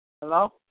Hello